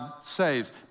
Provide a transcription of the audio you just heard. saves